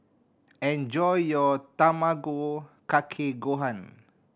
enjoy your Tamago Kake Gohan